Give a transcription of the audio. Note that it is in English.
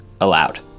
allowed